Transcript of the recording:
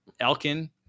Elkin